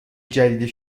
جدید